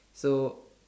so